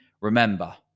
Remember